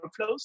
workflows